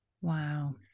wow